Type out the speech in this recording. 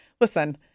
Listen